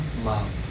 love